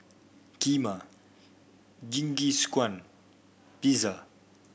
Kheema Jingisukan Pizza